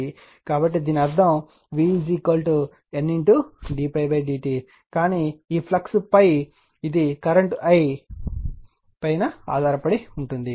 కాబట్టి దీని అర్థం v N d ∅ d t కానీ ఈ ఫ్లక్స్ ∅ ఇది కరెంట్ I పై ఆధారపడి ఉంటుంది